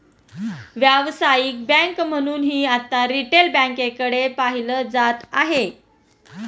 व्यावसायिक बँक म्हणूनही आता रिटेल बँकेकडे पाहिलं जात आहे